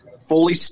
fully